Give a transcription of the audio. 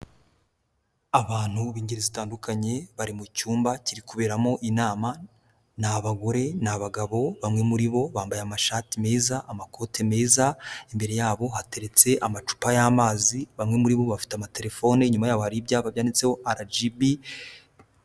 Abantu b'ingeri zitandukanye bari mu cyumba kirikubimo inama. Ni abagore n'abagabo, bamwe muri bo bambaye amashati meza, amakoti meza, imbere yabo hateretse amacupa y'amazi, bamwe muri bo bafite amatelefone nyuma yabo hari ibyapa byanditseho RGB.